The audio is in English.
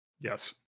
Yes